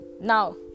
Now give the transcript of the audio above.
now